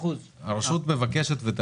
יש בחוק פטור שפוטר את הרשות מארנונה, או נותן